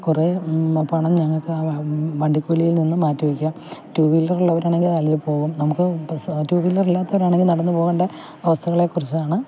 കുറേ പണം ഞങ്ങൾക്ക് ആ വണ്ടിക്കൂലിയിൽ നിന്നും മാറ്റിവെയ്ക്കാം ടു വീലർ ഉള്ളവരാണെങ്കിൽ അതിൽ പോകും നമുക്ക് ബസ് ടു വീലർ ഇല്ലാത്തവർ ആണ് നടന്നുപോവേണ്ട അവസ്ഥകളെക്കുറിച്ചാണ്